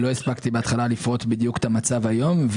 לא הספקתי לפרוט בהתחלה בדיוק את המצב היום,